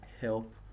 help